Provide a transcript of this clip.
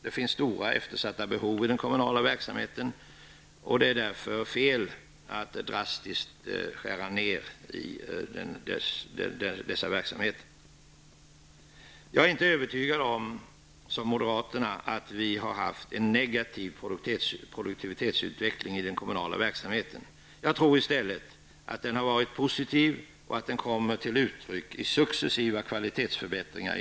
Det finns stora eftersatta behov i den kommunala verksamheten, och det vore därför fel att drastiskt skära ned den. Jag är inte så övertygad som moderaterna om att vi har haft en negativ produktivitetsutveckling i den kommunala verksamheten. Jag tror i stället att den har varit positiv och att den kommer till uttryck i successiva kvalitetsförbättringar.